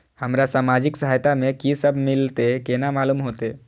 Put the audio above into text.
हमरा सामाजिक सहायता में की सब मिलते केना मालूम होते?